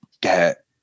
get